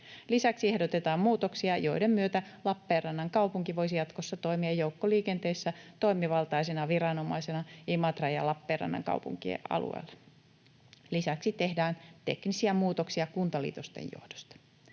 Lisäksi ehdotetaan muutoksia, joiden myötä Lappeenrannan kaupunki voisi jatkossa toimia joukkoliikenteessä toimivaltaisena viranomaisena Imatran ja Lappeenrannan kaupunkien alueella. Lisäksi tehdään teknisiä muutoksia kuntaliitosten johdosta.